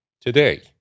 today